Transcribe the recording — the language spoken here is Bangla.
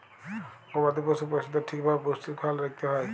গবাদি পশ্য পশুদের ঠিক ভাবে পুষ্টির খ্যায়াল রাইখতে হ্যয়